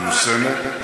מיושמת,